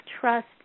trust